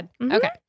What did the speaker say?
Okay